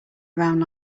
around